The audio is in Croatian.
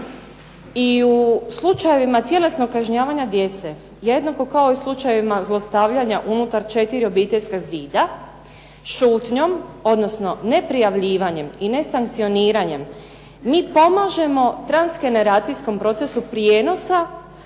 i u slučajevima tjelesnog kažnjavanja djece i jednako kao slučajevima zlostavljanja unutar četiri zida šutnjom odnosno neprijavljivanjem i nesankcioniranjem mi pomažemo trans generacijskom procesu prijenosa